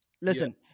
listen